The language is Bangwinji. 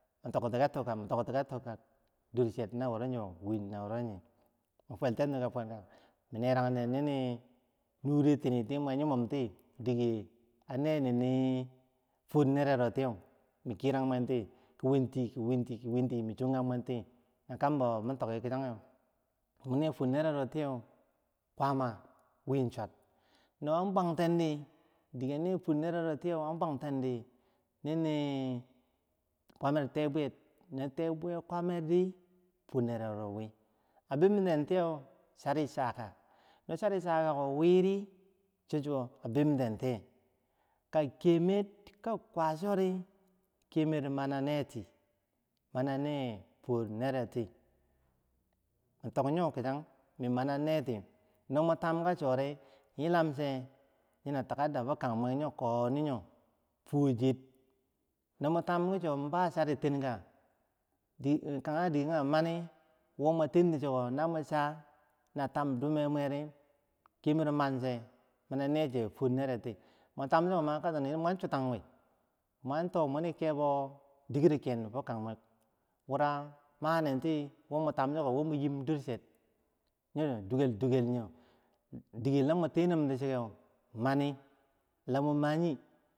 Mi toktika tokka, mi toktika tokka, dorchen, naworo yo win nawuro yeu min fwaltenti ka fwaltenti min nerag nen nini nure ti mwer timwer yimom ti dike a nenen mwer fuwor nerero tiyeu, min kiyar bwenti ki winti ki winti ki winti, min chonganmwenti, nakambo min toki kichageh tu ne fuwor nererotiyeu kwama win swuard no an bwangtendi dike ner fuwor nererotiyeu, an bwang tendi hi nini kwamer tea buyer no tea buyeh kwamer di fuwor nerero wi, a bim ten tiyeu chari chaka no chari chaka wiri, chocho abim ten tiye, kakemer ka kwasori, kemer mana neti mana neh fuwor nereh ti, in tok yo kichang min mana neti, no mun tam ki chori yilam che yona takada fo kang mwer yok, yo koni yor fuwo cher no mun tamki cho bah chari tenga di hi kage dike kageh mani, woma tenti chiko na mu cha na tam dumeh mweri kemero manche mana neh che fuwor nereti, mun tam chiko kang tendima mwan chutankwi mwan toh muni kebo dikero ken foh kag bwer, wurah manenti wo mun tamchiko wo mun yim dorcher, yor dugel dugel nyo dike lama tenim ti chikeu mani lamu ma nyii.